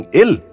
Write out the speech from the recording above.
ill